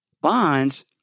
bonds